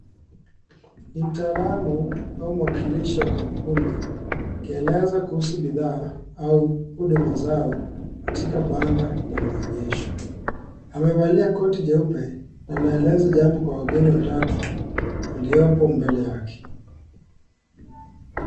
Ni mtaalamu au mwakilishi wa kampuni akieleza kuhusu bidhaa au huduma zao katika banda la maonyesho, amevalia koti jeupe anaeleza jambo kwa wageni watatu waliopo mbele yake.